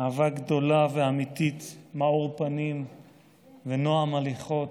אהבה גדולה ואמיתית, מאור פנים ונועם הליכות.